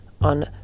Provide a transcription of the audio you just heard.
on